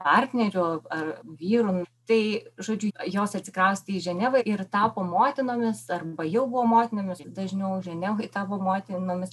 partnerių ar vyrų tai žodžiu jos atsikraustė į ženevą ir tapo motinomis arba jau buvo motinomis dažniau ženevoj tapo motinomis